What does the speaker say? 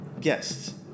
guests